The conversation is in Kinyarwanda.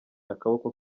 akaboko